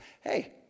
Hey